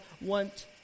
want